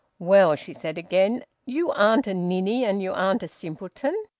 well, she said again, you aren't a ninny, and you aren't a simpleton.